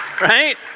right